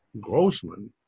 Grossman